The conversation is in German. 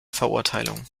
verurteilung